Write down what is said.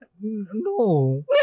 No